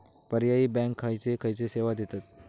पर्यायी बँका खयचे खयचे सेवा देतत?